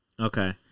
Okay